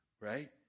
right